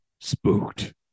Spooked